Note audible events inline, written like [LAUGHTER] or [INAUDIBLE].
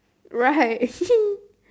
right [LAUGHS]